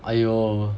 !aiyo!